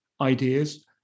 ideas